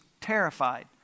terrified